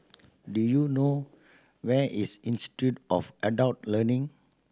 do you know where is Institute of Adult Learning